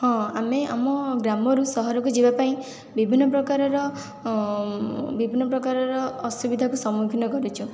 ହଁ ଆମେ ଆମ ଗ୍ରାମରୁ ସହରକୁ ଯିବା ପାଇଁ ବିଭିନ୍ନ ପ୍ରକାରର ବିଭିନ୍ନ ପ୍ରକାରର ଅସୁବିଧାକୁ ସମ୍ମୁଖୀନ କରିଛୁ